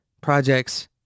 projects